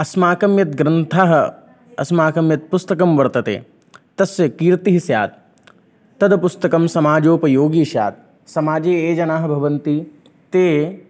अस्माकं यत् ग्रन्थः अस्माकं यत् पुस्तकं वर्तते तस्य कीर्तिः स्यात् तद्पुस्तकं समाजोपयोगी स्यात् समाजे ये जनाः भवन्ति ते